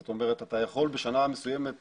זאת אומרת, אתה יכול בשנה מסוימת